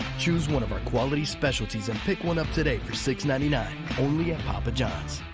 choose one of our quality specialties and pick one up today for six ninety-nine. only at papa john's.